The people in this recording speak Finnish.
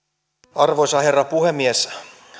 arvoisa herra puhemies